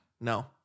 No